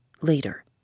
Later